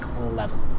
level